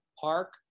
park